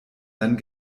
dann